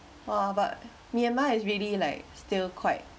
!wah! but myanmar is really like still quite